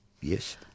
Yes